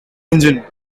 engine